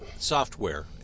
software